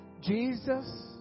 Jesus